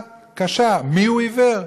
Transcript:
יש שאלה קשה: מיהו עיוור.